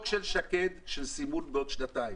יש החוק של שקד של סימון בעוד שנתיים.